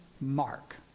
Mark